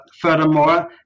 furthermore